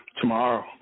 Tomorrow